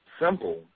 simple